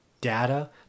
data